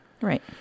Right